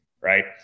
right